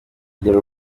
kubera